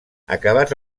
acabats